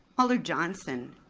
alder johnson